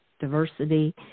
diversity